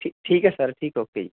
ਠੀਕ ਠੀਕ ਹੈ ਸਰ ਠੀਕ ਹੈ ਓਕੇ ਜੀ